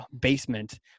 basement